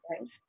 right